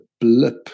blip